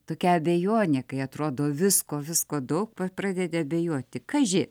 tokia abejonė kai atrodo visko visko daug pradedi abejoti kaži